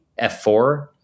f4